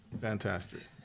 fantastic